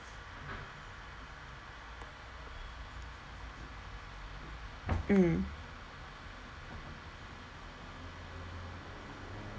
mm